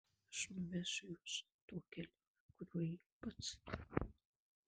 aš nuvesiu jus tuo keliu kuriuo ėjau pats